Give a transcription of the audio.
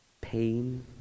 pain